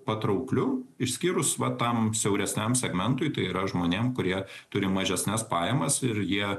patraukliu išskyrus va tam siauresniam segmentui tai yra žmonėm kurie turi mažesnes pajamas ir jie